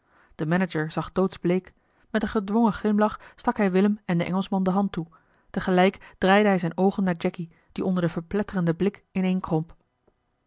de manager zag doodsbleek met een gedwongen glimlach stak hij willem en den engelschman de hand toe tegelijk draaide hij zijne oogen naar jacky die onder den verpletterenden blik ineenkromp